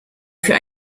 für